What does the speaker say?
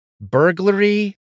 Burglary